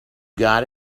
got